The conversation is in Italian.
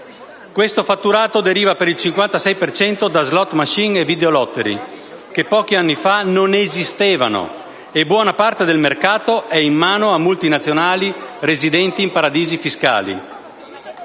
Questo fatturato deriva per il 56 per cento da *slot machine* e *videolottery*, che pochi anni fa non esistevano, e buona parte del mercato è in mano a multinazionali residenti in paradisi fiscali.